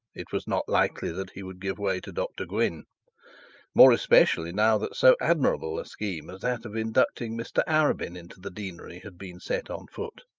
it was not likely that he would give way to dr gwynne more especially now that so admirable a scheme as that of inducting mr arabin into the deanery had been set on foot.